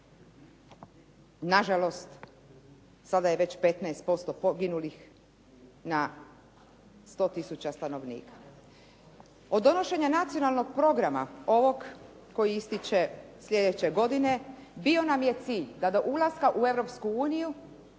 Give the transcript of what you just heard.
Nažalost sada je već 15% poginulih na 100 tisuća stanovnika. Od donošenja Nacionalnog programa ovog koji ističe sljedeće godine bio nam je cilj da do ulaska u